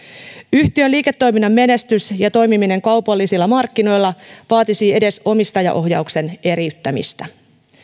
yhtiön liiketoiminnan menestys ja toimiminen kaupallisilla markkinoilla vaatisi edes omistajaohjauksen eriyttämistä